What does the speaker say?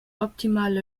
optimale